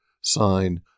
sign